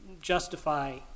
justify